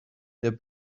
der